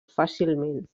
fàcilment